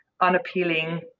unappealing